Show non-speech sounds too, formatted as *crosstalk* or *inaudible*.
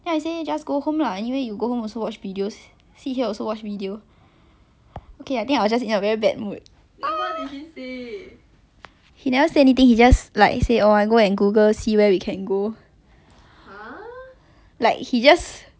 he never say anything he just like say oh I go and google see where we can go like he just like okay nevermind I will just find like where we can go next like he's the kind like he will move on with life that kind of like the *noise*